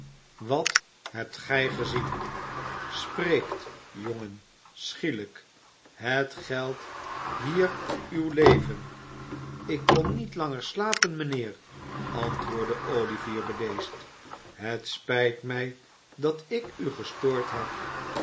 wat hebt gij gezien spreekt jongen schielijk het geldt hier uw leven ik kon niet langer slapen mijnheer antwoordde olivier bedeesd het spijt mij dat ik u gestoord heb